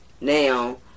Now